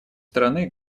стороны